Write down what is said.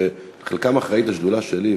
שלחלקם אחראית השדולה שלי,